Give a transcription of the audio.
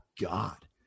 God